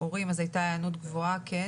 ההורים אז הייתה היענות גבוהה כן